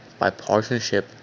bipartisanship